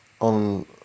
on